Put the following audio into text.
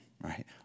right